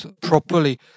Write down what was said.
properly